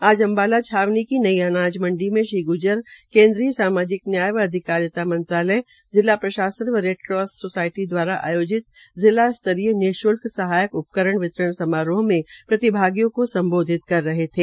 आज अम्बाला छावनी में नई अनाज मंती में श्री गुज्जर केन्द्रीय सामाजिक न्याय व अधिकारिता मंत्रालय जिला प्रशासन व रेडक्रास सोसायटी द्वाराआयोजित जिला स्तरीय निश्ल्क सहायक उपकरण वितरण समारोह में प्रतिभागियों को सम्बोधित कर रहे थे